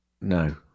no